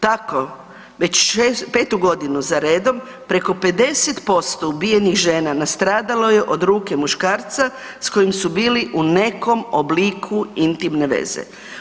Tako već 5-tu godinu za redom preko 50% ubijenih žena nastradalo je od ruke muškarca s kojim su bili u nekom obliku intimne veza.